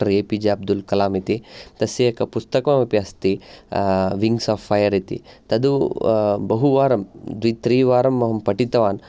doctor A P J Abdul Kalam इति तस्य एकपुस्तकम् अपि अस्ति विङ्ग्स् आफ़् फ़यर् इति तदु बहुवारं द्वित्रिवारम् अहं पठितवान्